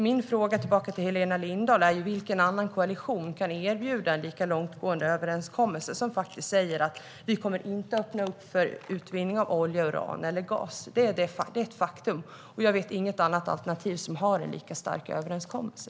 Min fråga tillbaka till Helena Lindahl är: Vilken annan koalition kan erbjuda en lika långtgående överenskommelse, som faktiskt säger att vi inte kommer att öppna upp för utvinning av olja, uran eller gas? Det är ett faktum. Jag vet inget annat alternativ som har en lika stark överenskommelse.